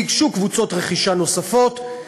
ניגשו קבוצות רכישה נוספות,